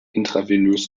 intravenös